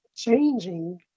changing